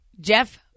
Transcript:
Jeff